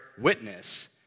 witness